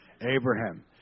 Abraham